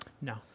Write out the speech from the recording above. No